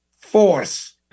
force